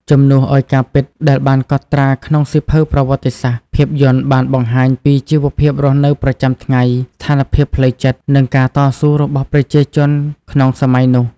ជំនួសឲ្យការពិតដែលបានកត់ត្រាក្នុងសៀវភៅប្រវត្តិសាស្ត្រ ភាពយន្តបានបង្ហាញពីជីវភាពរស់នៅប្រចាំថ្ងៃ ស្ថានភាពផ្លូវចិត្ត និងការតស៊ូរបស់ប្រជាជនក្នុងសម័យនោះ។